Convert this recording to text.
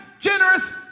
generous